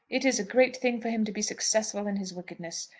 it is a great thing for him to be successful in his wickedness.